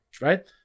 right